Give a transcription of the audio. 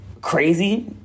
crazy